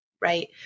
right